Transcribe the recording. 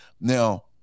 Now